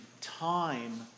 time